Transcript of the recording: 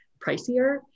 pricier